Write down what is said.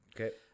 okay